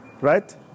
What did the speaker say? Right